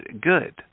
Good